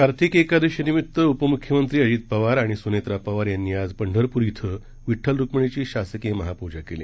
कार्तिक एकादशी निमित्त उपमुख्यमंत्री अजित पवार आणि सुनेत्रा पवार यांनी आज पंढरपूर इथं विठ्ठल रुक्मिणीची शासकीय महाप्रजा केली